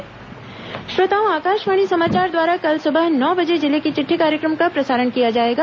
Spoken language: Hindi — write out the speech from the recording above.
जिले की चिट़ठी श्रोताओं आकाशवाणी समाचार द्वारा कल सुबह नौ बजे जिले की चिट्ठी कार्यक्रम का प्रसारण किया जाएगा